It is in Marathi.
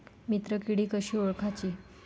मित्र किडी कशी ओळखाची?